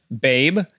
Babe